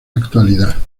actualidad